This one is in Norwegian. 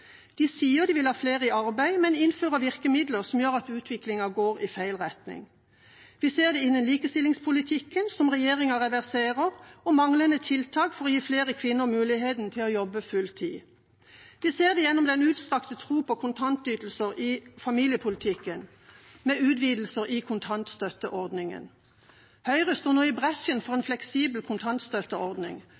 De sier de vil ha flere i arbeid, men innfører virkemidler som gjør at utviklingen går i feil retning. Vi ser det innen likestillingspolitikken, som regjeringa reverserer, og manglende tiltak for å gi flere kvinner muligheten til å jobbe fulltid. Vi ser det gjennom den utstrakte troen på kontantytelser i familiepolitikken, med utvidelser i kontantstøtteordningen. Høyre går nå i bresjen for en fleksibel kontantstøtteordning,